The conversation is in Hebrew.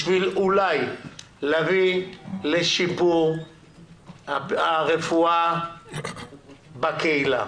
להביא לשיפור הרפואה בקהילה.